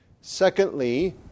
Secondly